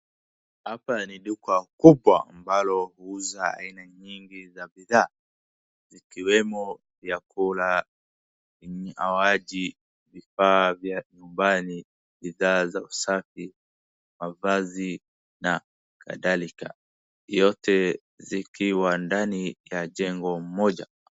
Hapa ni duka kubwa ambalo huuza aina nyingi za bidhaa zikiwemo vyakula, vinywaji, vifaa vya nyumbani, bidhaa za usafi, mavazi na kadhalika. Yote zikiwa ndani ya jengo moja.